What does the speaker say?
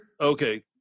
Okay